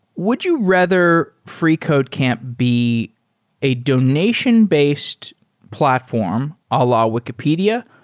would you rather freecodecamp be a donation-based platform, a la wikipedia,